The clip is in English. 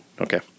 okay